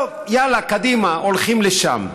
טוב, יאללה, קדימה, הולכים לשם.